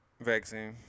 vaccine